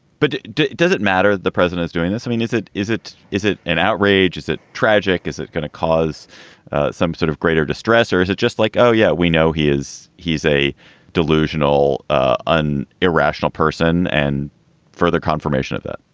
but does does it matter? the president's doing this. i mean, is it is it is it an outrage? is it tragic? is it going to cause some sort of greater distress or is it just like. oh, yeah, we know he is he's a delusional, an irrational person and further confirmation of that,